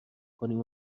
کنیم